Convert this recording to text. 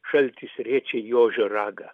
šaltis riečia į ožio ragą